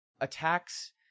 attacks